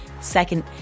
Second